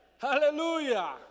Hallelujah